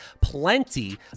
plenty